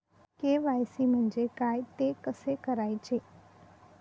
KYC म्हणजे काय? ते कसे करायचे?